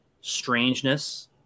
strangeness